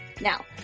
Now